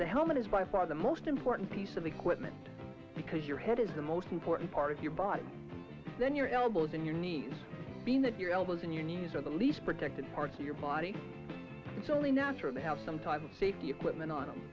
the helmet is by far the most important piece of equipment because your head is the most important part of your body then your elbows and your knees being that your elbows and your knees are the least protected part of your body it's only natural to have some type of safety equipment on